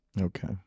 Okay